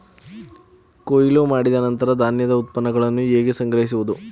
ಕೊಯ್ಲು ಮಾಡಿದ ನಂತರ ಧಾನ್ಯದ ಉತ್ಪನ್ನಗಳನ್ನು ಹೇಗೆ ಸಂಗ್ರಹಿಸುವುದು?